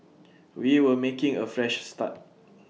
we were making A Fresh Start